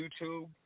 YouTube